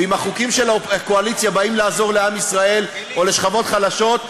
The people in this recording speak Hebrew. ואם החוקים של הקואליציה באים לעזור לעם ישראל או לשכבות חלשות,